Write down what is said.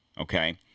okay